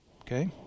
okay